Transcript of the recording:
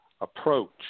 approach